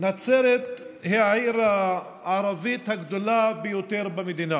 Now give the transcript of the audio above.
נצרת היא העיר הערבית הגדולה ביותר במדינה